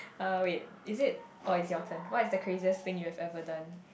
uh wait is it orh it's your turn what is the craziest thing you have ever done